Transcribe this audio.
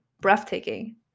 breathtaking